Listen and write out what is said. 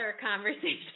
conversation